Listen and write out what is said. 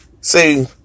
See